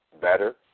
better